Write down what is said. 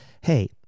hey